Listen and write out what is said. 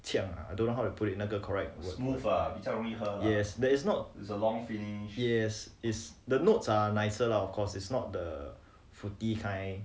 强 ah I don't know how to put it 那个 correct yes but is not yes is the notes are nicer lah of course it's not the fruity kind